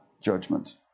judgment